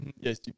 Yes